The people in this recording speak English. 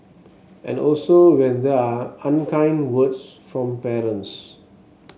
and also when there are unkind words from parents